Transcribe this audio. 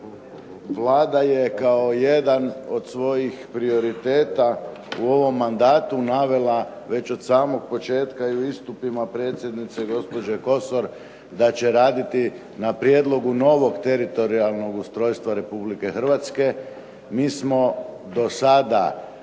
Vlada je kao jedan od svojih prioriteta u ovom mandatu navela već od samog početka i u istupima predsjednice, gospođe Kosor, da će raditi na prijedlogu novog teritorijalnog ustrojstva Republike Hrvatske. Mi smo do sada